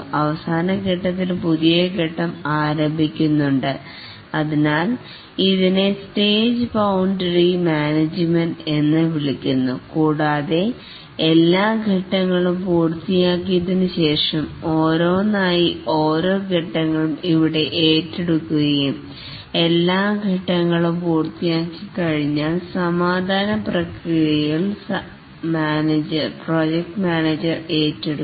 അവസാനഘട്ടത്തിൽ പുതിയ ഘട്ടം ആരംഭിക്കുന്നുണ്ട് അതിനാൽ ഇതിനെ സ്റ്റേജ് ബൌണ്ടറി മാനേജിങ് എന്ന് വിളിക്കുന്നു കൂടാതെ എല്ലാ ഘട്ടങ്ങളും പൂർത്തിയാക്കിയതിനുശേഷം ഓരോന്നായി ഓരോ ഘട്ടങ്ങളും ഇവിടെ ഏറ്റെടുക്കുകയും എല്ലാ ഘട്ടങ്ങളും പൂർത്തിയാക്കിക്കഴിഞ്ഞാൽ സമാപന പ്രക്രിയകൾ പ്രോജക്റ്റ് മാനേജർ ഏറ്റെടുക്കും